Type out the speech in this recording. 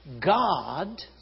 God